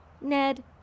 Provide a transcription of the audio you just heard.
Ned